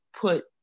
put